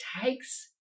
takes